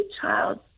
child